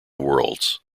worlds